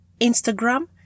Instagram